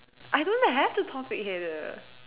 I don't have the topic header